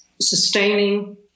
sustaining